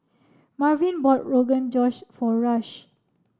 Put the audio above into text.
Marvin bought Rogan Josh for Rush